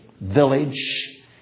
village